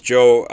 Joe